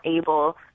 able